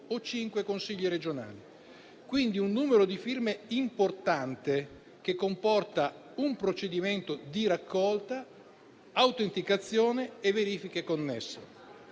o cinque Consigli regionali. Si tratta quindi di un numero di firme importante, che comporta un procedimento di raccolta, autenticazione e verifiche connesse.